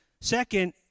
Second